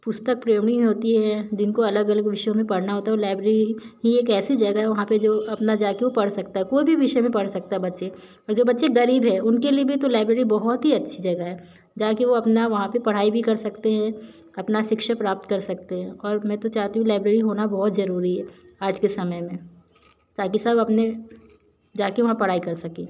पुस्तक प्रेमी होते हैं जिनको अलग अलग विषयों में पढ़ना होता है वो लाइब्रेरी ही एक ऐसी जगह है वहाँ पर जो अपना जा के वो पढ़ सकता है कोई भी विषय में पढ़ सकता है बच्चा और जो बच्चे ग़रीब है उनके लिए भी तो लाइब्रेरी बहुत ही अच्छी जगह है जा के वो अपनी वहाँ पढ़ाई भी कर सकते हैं अपनी शिक्षा प्राप्त कर सकते हैं और मैं तो चाहती हूँ लाइब्रेरी होना बहुत ज़रूरी है आज के समय में ताकि सब अपने जा के वहाँ पढ़ाई कर सकें